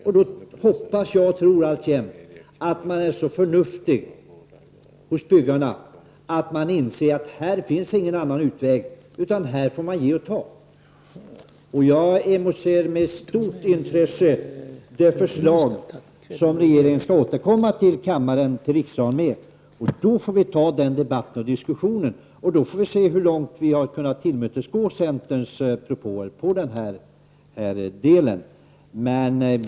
Jag hoppas och tror alltjämt att byggarna är så förnuftiga att de inser att det inte finns någon annan utväg, utan man får ge och ta. Jag emotser med stort intresse det förslag som regeringen skall återkomma till riksdagen med. Då får vi ta den debatten och den diskussionen. Vid det tillfället får vi se hur långt vi har kunnat tillmötesgå folkpartiets propåer i denna del.